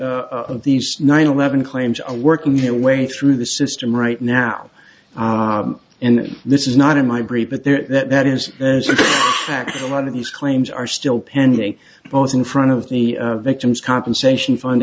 of these nine eleven claims are working their way through the system right now and this is not in my brief but there that is there's a lot of these claims are still pending both in front of the victims compensation fund